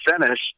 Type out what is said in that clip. finish